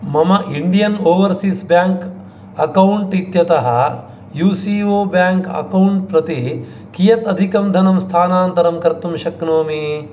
मम Indian Overseas Bank account इत्यतः U C O bank account प्रति कियत् अधिकं धनं स्थानान्तरं कर्तुं शक्नोमि